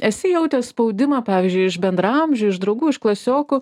esi jautęs spaudimą pavyzdžiui iš bendraamžių iš draugų iš klasiokų